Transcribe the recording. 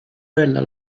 bella